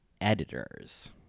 editors